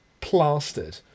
plastered